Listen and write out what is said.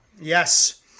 Yes